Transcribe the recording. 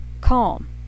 calm